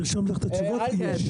ארשום לך את התשובות כי יש.